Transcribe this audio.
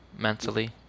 mentally